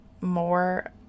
more